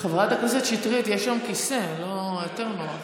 חברת הכנסת שטרית, יש שם כיסא, יותר נוח.